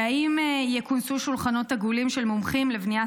האם יכונסו שולחנות עגולים של מומחים לבניית